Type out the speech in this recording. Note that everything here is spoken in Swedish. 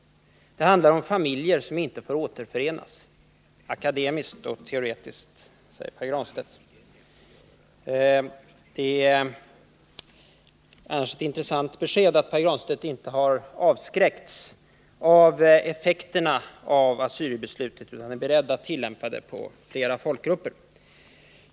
Det handlar om familjer som inte får återförenas. Akademiskt och teoretiskt, säger Pär Granstedt. Det är annars ett intressant besked att Pär Granstedt inte är avskräckt av effekterna av assyrierbeslutet utan är beredd att tillämpa det på fler folkgrupper.